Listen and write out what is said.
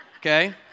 Okay